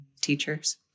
teachers